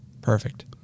Perfect